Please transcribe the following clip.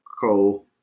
Cole